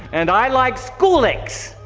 and i like skoollex.